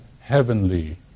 heavenly